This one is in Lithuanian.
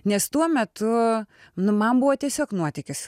nes tuo metu nu man buvo tiesiog nuotykis